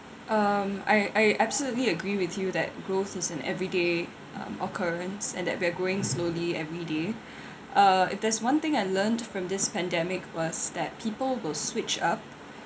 um I I absolutely agree with you that growth is an everyday um occurrence and that we're going slowly everyday uh if there's one thing I learnt from this pandemic was that people will switch up